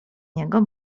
niego